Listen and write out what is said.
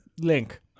link